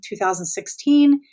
2016